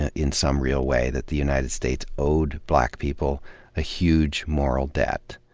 ah in some real way, that the united states owed black people a huge moral debt.